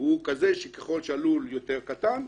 שהוא כזה שככל שהלול יותר קטן,